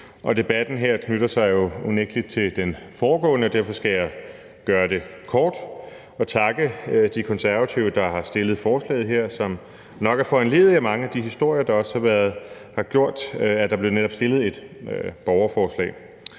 Debatten her knytter sig jo unægtelig til den foregående, og derfor skal jeg gøre det kort og takke De Konservative, der har stillet forslaget her, som nok er foranlediget af mange af de historier, der netop også har gjort, at der blev stillet et borgerforslag.